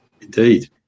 Indeed